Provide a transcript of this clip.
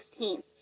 16th